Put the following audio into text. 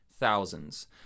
thousands